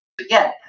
again